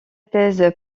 thèse